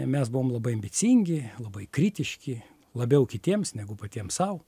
mes buvom labai ambicingi labai kritiški labiau kitiems negu patiems sau